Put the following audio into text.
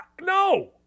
no